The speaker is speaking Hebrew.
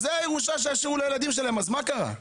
אז זו הירושה שישאירו לילדים שלהם, אז מה קרה?